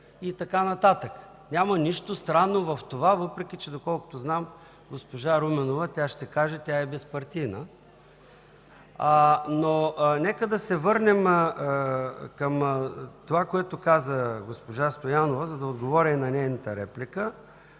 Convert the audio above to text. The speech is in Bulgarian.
и така нататък. Няма нищо странно в това, въпреки че, доколкото знам, госпожа Руменова – тя ще каже – е безпартийна. Нека да се върнем към това, което каза госпожа Стоянова, за да отговоря и на нейната реплика.